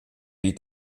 die